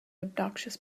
obnoxious